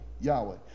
Yahweh